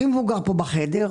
הכי מבוגר פה בחדר,